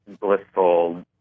blissful